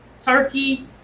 turkey